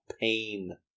pain